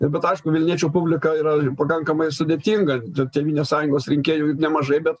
ir bet aišku vilniečių publika yra pakankamai sudėtinga tų tėvynės sąjungos rinkėjų nemažai bet